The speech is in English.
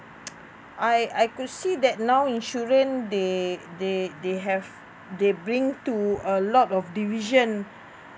I I could see that now insurance they they they have they bring to a lot of division